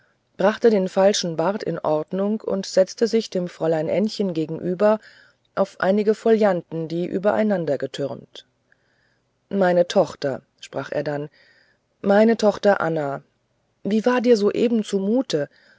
brachte den falschen bart in ordnung und setzte sich dem fräulein ännchen gegenüber auf einige folianten die übereinandergetürmt meine tochter sprach er dann meine tochter anna wie war dir soeben zumute